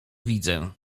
widzę